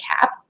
cap